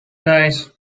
guys